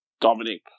Dominic